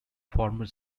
former